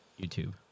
YouTube